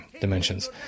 dimensions